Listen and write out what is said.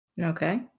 Okay